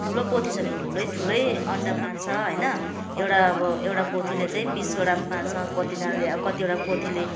ठुलो पोथी छ भने ठुलो ठुलो अन्डा पार्छ होइन एउटा अब एउटा पोथीले चाहिँ बिसवटा पार्छ कतिजनाले कतिवटा पोथीले